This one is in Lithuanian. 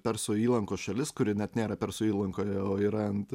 persų įlankos šalis kuri net nėra persų įlankoje o yra ant